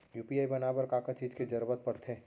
UPI बनाए बर का का चीज के जरवत पड़थे?